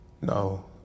No